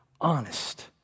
honest